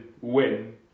win